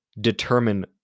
determine